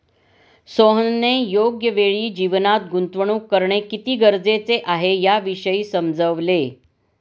सोहनने योग्य वेळी जीवनात गुंतवणूक करणे किती गरजेचे आहे, याविषयी समजवले